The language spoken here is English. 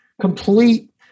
complete